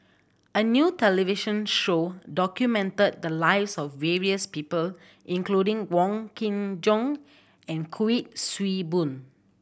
a new television show documented the lives of various people including Wong Kin Jong and Kuik Swee Boon